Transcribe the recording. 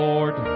Lord